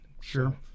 sure